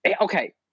okay